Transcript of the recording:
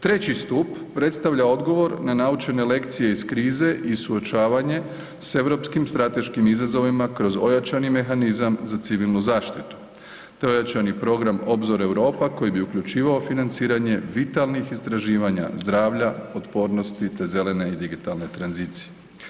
Treći stup predstavlja odgovor na naučene lekcije iz krize i suočavanje s europskim strateškim izazovima kroz ojačani mehanizam za civilnu zaštitu te ojačani program „Obzor Europa“ koji bi uključivao financiranje vitalnih istraživanja zdravlja, otpornosti te zelene i digitalne tranzicije.